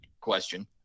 question